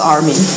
Army